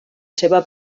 seva